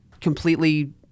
completely